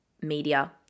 media